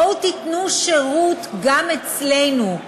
בואו ותיתנו שירות גם אצלנו,